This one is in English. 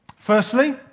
Firstly